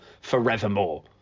forevermore